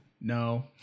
No